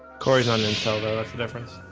cory's onion cellar difference